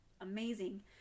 amazing